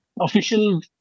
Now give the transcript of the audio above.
official